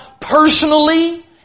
personally